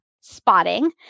spotting